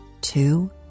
two